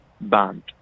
banned